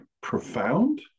profound